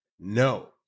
no